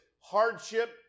Hardship